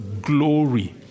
Glory